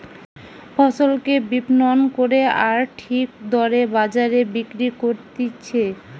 ফসলকে বিপণন করে আর ঠিক দরে বাজারে বিক্রি করতিছে